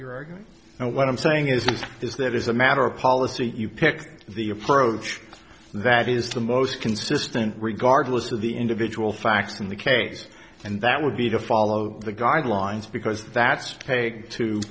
you're arguing and what i'm saying is is that is a matter of policy you picked the approach that is the most consistent regardless of the individual facts in the case and that would be to follow the guidelines because that's